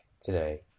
today